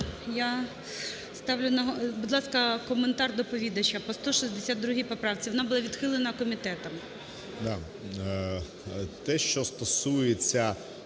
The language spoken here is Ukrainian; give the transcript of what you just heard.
ласка, коментар доповідача по 162 поправці. Вона була відхилена комітетом.